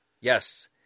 Yes